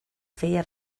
feia